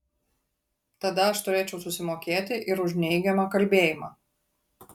tada aš turėčiau susimokėti ir už neigiamą kalbėjimą